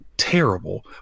terrible